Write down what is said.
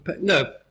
no